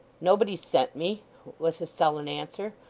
nobody sent me was his sullen answer.